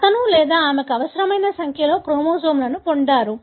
అతను లేదా ఆమెకు అవసరమైన సంఖ్యలో క్రోమోజోమ్లను పొందారు